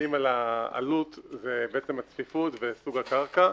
שמשפיעים על העלות זה הצפיפות וסוג הקרקע,